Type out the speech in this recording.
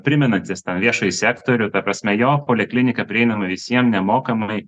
primenantis ten viešąjį sektorių ta prasme jo poliklinika prieinama visiem nemokamai